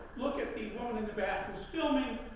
look at people in the back who's filming,